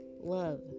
love